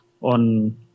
on